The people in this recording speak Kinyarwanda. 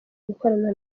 gukorana